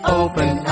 open